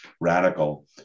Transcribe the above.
radical